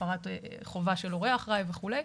הפרת חובה של הורה אחראי וכולי.